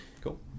Cool